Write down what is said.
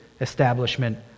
establishment